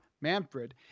Manfred